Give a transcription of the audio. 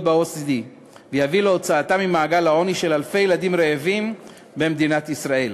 ב-OECD ויביא להוצאתם ממעגל העוני של אלפי ילדים רעבים במדינת ישראל,